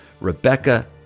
Rebecca